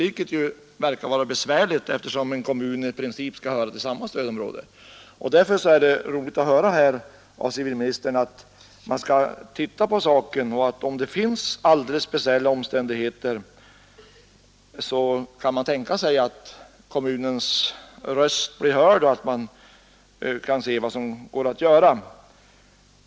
Detta verkar vara besvärligt, eftersom en kommun i princip skall höra till samma stödområde. Det är därför tillfredsställande att höra från civilministern att man skall undersöka saken, och om det finns alldeles speciella omständigheter kan man tänka sig att kommunens ansökan om uppskov blir hörd.